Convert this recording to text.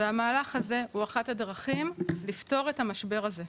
והמהלך הזה הוא אחת הדרכים לפתור את המשבר הזה,